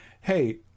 hey